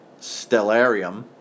stellarium